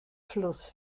fluss